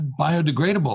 biodegradable